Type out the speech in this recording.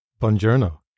buongiorno